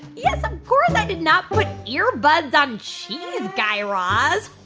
yes, of course, i did not put earbuds on cheese, guy raz